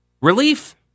relief